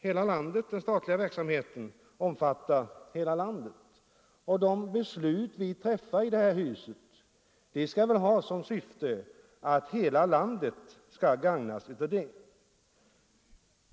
Den statliga verksamheten omfattar hela landet, och de beslut som fattas i det här huset skall väl syfta till att gagna hela landet.